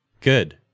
good